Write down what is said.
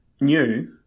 new